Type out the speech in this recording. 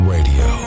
Radio